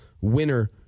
winner